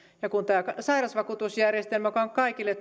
ja kun tämä sairausvakuutusjärjestelmä joka on kaikille